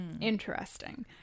interesting